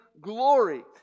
glory